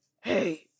hey